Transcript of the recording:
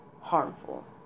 harmful